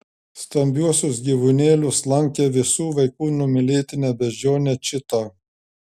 stambiuosius gyvūnėlius lankė visų vaikų numylėtinė beždžionė čita